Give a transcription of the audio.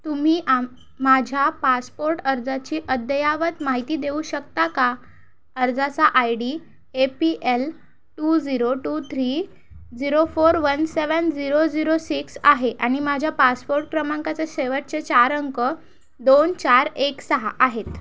तुम्ही आम माझ्या पासपोर्ट अर्जाची अद्ययावत माहिती देऊ शकता का अर्जाचा I D A P L two zero two three zero four one seven zero zero six आहे आणि माझ्या पासपोट क्रमांकाचे शेवटचे चार अंक दोन चार एक सहा आहेत